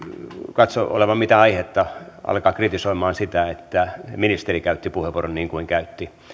katso olevan mitään aihetta alkaa kritisoimaan sitä että ministeri käytti puheenvuoron niin kuin käytti